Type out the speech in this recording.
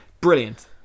Brilliant